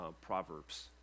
Proverbs